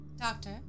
Doctor